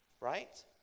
Right